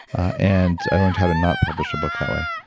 and i learned how to not publish a book that way.